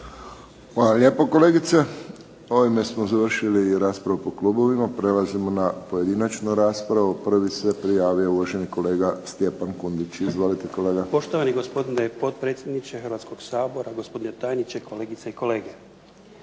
Hvala lijepo kolegice. Ovime smo završili raspravu po klubovima, prelazimo na pojedinačnu raspravu. Prvi se javio kolega Stjepan Knundić izvolite kolega. **Kundić, Stjepan (HDZ)** Poštovani gospodine potpredsjedniče Hrvatskoga sabora, gospodine tajniče, kolegice i kolege.